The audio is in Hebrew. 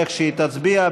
איך שהיא תצביע,